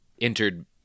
entered